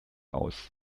aus